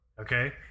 Okay